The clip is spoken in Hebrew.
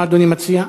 מה אדוני מציע?